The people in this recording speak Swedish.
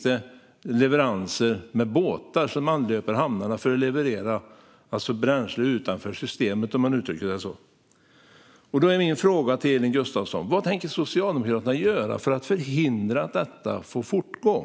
Där anlöper båtar hamnarna för att leverera bränsle utanför systemet. Vad tänker Socialdemokraterna göra för att förhindra att detta fortgår?